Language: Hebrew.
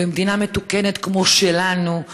במדינה מתוקנת כמו שלנו,